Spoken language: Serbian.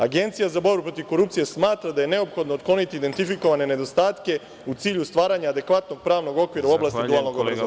Agencija za borbu protiv korupcije smatra da je neophodno otkloniti identifikovane nedostatke, u cilju stvaranja adekvatnog pravnog okvira u oblasti dualnog obrazovanja.“ Hvala.